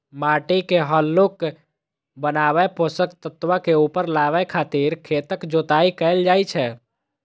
माटि के हल्लुक बनाबै, पोषक तत्व के ऊपर लाबै खातिर खेतक जोताइ कैल जाइ छै